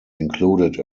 included